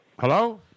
Hello